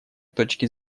точки